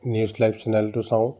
news live চেনেলটো চাওঁ